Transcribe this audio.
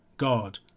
God